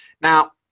Now